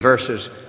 verses